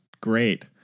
great